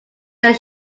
their